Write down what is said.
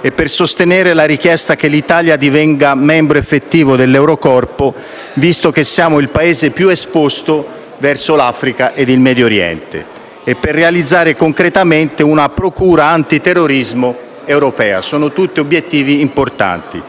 e per sostenere la richiesta che l'Italia diventi membro effettivo dell'Eurocorpo, visto che siamo il Paese più esposto verso l'Africa ed il Medio Oriente, e per realizzare concretamente una procura antiterrorismo europea. Sono tutti obiettivi importanti.